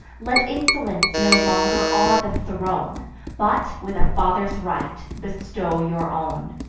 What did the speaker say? let insolence no longer awe the throne but, with a father's right, bestow your own.